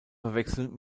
verwechseln